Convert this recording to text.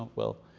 well,